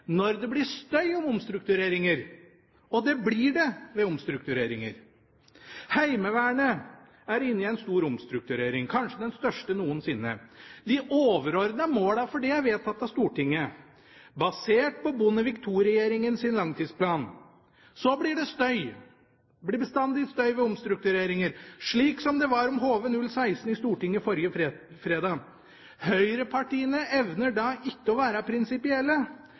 når det blir støy om dem, og det blir det ved omstruktureringer. Heimevernet er inne i en stor omstrukturering, kanskje den største noensinne. De overordnede målene for det er vedtatt av Stortinget, basert på Bondevik II-regjeringens langtidsplan. Så blir det støy. Det blir bestandig støy ved omstruktureringer, slik det ble rundt HV-016 i Stortinget forrige fredag. Høyrepartiene evner da ikke å være prinsipielle.